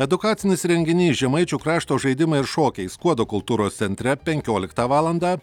edukacinis renginys žemaičių krašto žaidimai ir šokiai skuodo kultūros centre penkioliktą valandą